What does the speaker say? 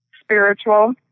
spiritual